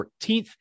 14th